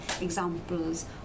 examples